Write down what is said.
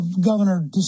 Governor